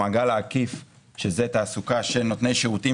המעגל העקיף שזה תעסוקה של נותני שירותים